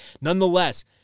nonetheless